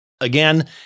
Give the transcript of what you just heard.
Again